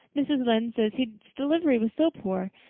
mrs. lynde says his delivery was so poor,